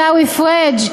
לעיסאווי פריג',